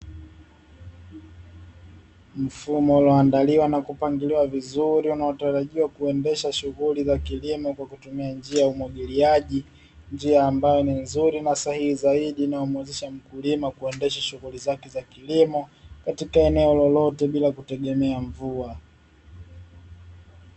Mfumo ulioandaliwa na kupangiliwa vizuri, unaotarajiwa kuendesha shughuli za kilimo kwa kutumia njia ya umwagiliaji, njia ambayo ni nzuri na sahihi zaidi, inayomwezesha mkulima kuendesha shughuli zake za kilimo katika eneo lolote bila kutegemea mvua.